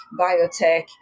biotech